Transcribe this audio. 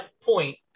point